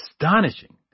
astonishing